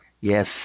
Yes